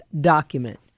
document